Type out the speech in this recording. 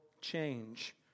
change